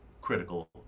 critical